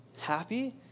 happy